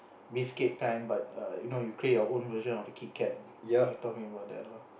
biscuit kind but err you know you create your own version of the kit-kat if your talking about that lah